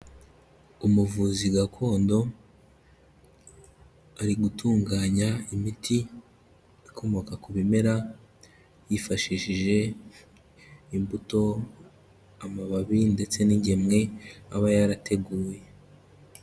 Umuvuzi gakondo ari gutunganya imiti ikomoka ku bimera yifashishije imbuto, amababi ndetse n'ingemwe aba yarateguye.